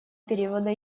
периода